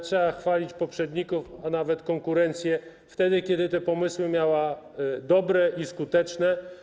Trzeba chwalić poprzedników, a nawet konkurencję wtedy, kiedy te pomysły miała dobre i skuteczne.